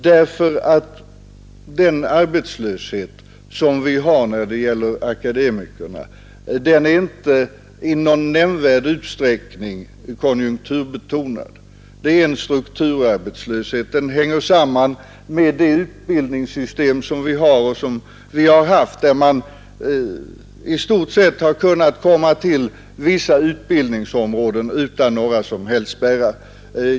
Den arbetslöshet som vi har bland akademikerna är nämligen inte i någon nämnvärd utsträckning konjunkturbetingad; det är en strukturarbetslöshet. Den hänger samman med det utbildningssystem som vi har haft och har, där man har kunnat komma till vissa utbildningsområden i stort sett utan spärrar.